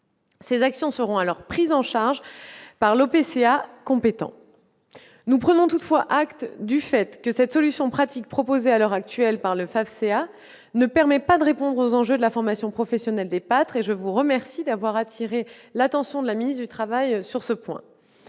l'organisme paritaire collecteur agréé, ou OPCA, compétent. Nous prenons toutefois acte du fait que cette solution pratique proposée à l'heure actuelle par le FAFSEA ne permet pas de répondre aux enjeux de la formation professionnelle des pâtres : je vous remercie d'avoir attiré l'attention de Mme la ministre du travail sur ce point.